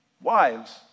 Wives